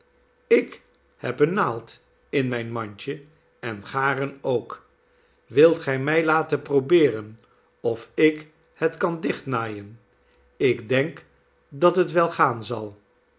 ik heb eene naald in mijn mandje en garen ook wilt gij mij laten probeeren of ik het kan dichtnaaien ik denk dat het wel gaan zal